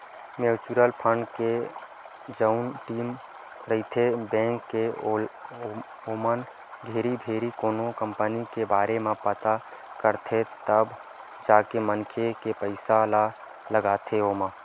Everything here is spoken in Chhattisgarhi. म्युचुअल फंड के जउन टीम रहिथे बेंक के ओमन घेरी भेरी कोनो कंपनी के बारे म पता करथे तब जाके मनखे के पइसा ल लगाथे ओमा